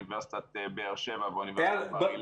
אוניברסיטת בן גוריון ואוניברסיטת בר אילן.